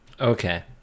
okay